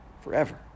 Forever